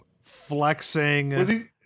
flexing